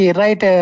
right